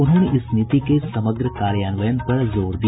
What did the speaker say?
उन्होंने इस नीति के समग्र कार्यान्वयन पर जोर दिया